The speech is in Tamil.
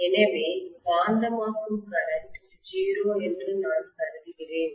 எனவே காந்தமாக்கும் கரண்ட் 0 என்று நான் கருதுகிறேன்